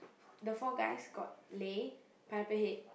the four guys got Lei Pineapple Head